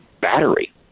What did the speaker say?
battery